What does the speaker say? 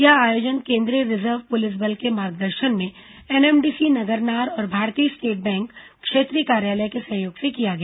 यह आयोजन केन्द्रीय रिजर्व पुलिस बल के मार्गदर्शन में एनएमडीसी नगरनार और भारतीय स्टेट बैंक क्षेत्रीय कार्यालय के सहयोग से किया गया